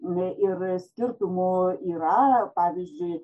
ir skirtumų yra pavyzdžiui